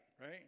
right